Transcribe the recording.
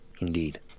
Indeed